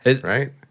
right